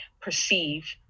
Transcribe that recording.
perceive